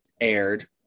aired